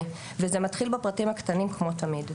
וזה מתחיל בפרטים הקטנים כמו תמיד,